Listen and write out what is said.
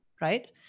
right